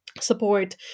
support